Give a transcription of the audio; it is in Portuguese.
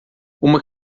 uma